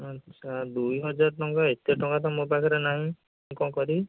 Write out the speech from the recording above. ଆଚ୍ଛା ଦୁଇ ହଜାର ଟଙ୍କା ଏତେ ଟଙ୍କା ତ ମୋ ପାଖରେ ନାହିଁ ମୁଁ କ'ଣ କରିବି